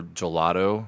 gelato